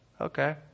Okay